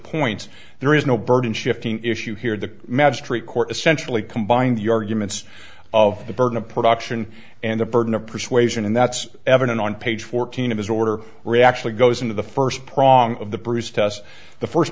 points there is no burden shifting issue here the magistrate court essentially combined the arguments of the burden of production and the burden of persuasion and that's evident on page fourteen of his order re actually goes into the first prong of the bruce test the first